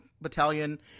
battalion